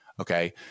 Okay